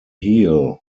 heel